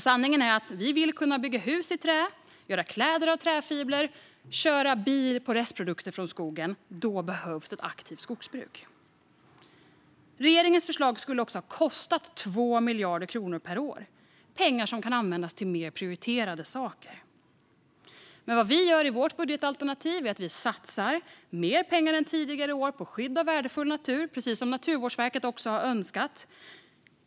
Sanningen är att vi vill bygga hus i trä, göra kläder av träfibrer och köra bil på restprodukter från skogen. Då behövs ett aktivt skogsbruk. Regeringens förslag skulle också ha kostat 2 miljarder kronor per år. Det är pengar som kan användas till mer prioriterade saker. Men vad vi gör i vårt budgetalternativ är att vi satsar mer pengar än tidigare år på skydd av värdefull natur, precis som Naturvårdsverket också har önskat.